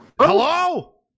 Hello